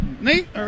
Nate